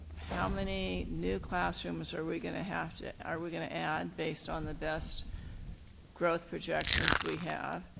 how many new classrooms are we going to have to are we going to add based on the best growth projections we have,